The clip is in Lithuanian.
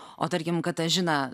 o tarkim katažyna